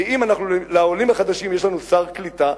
ואם לעולים החדשים יש לנו שר קליטה,